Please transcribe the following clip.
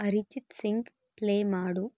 Arijit Singh play ಮಾಡು